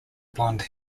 blonde